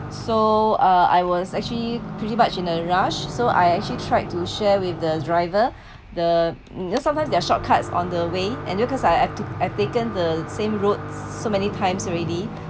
so uh I was actually pretty much in a rush so I actually tried to share with the driver the you know sometime their shortcuts on the way and shortcuts I I took I've taken the same road so many times already